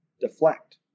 deflect